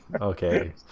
okay